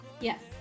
yes